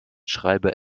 schreibe